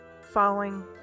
following